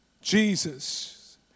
Jesus